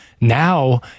Now